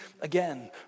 again